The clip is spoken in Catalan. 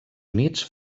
units